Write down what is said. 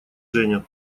женя